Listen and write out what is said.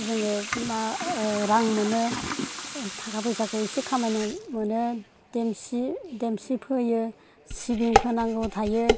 जोंङो रां मोनो थाखा फैसाखौ एसे खामायनो मोनो देमसि देमसि फोयो सिबिं फोनांगौ थायो